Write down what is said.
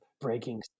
breaking